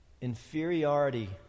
inferiority